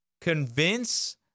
convince